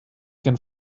can